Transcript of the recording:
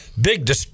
big